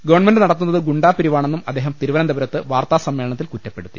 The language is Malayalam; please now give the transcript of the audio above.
ഗവൺമെന്റ് നടത്തുന്നത് ഗുണ്ടാപിരിവാണെന്നും അദ്ദേഹം തിരുവനന്തപുരത്ത് വാർത്താസമ്മേളനത്തിൽ കുറ്റപ്പെടുത്തി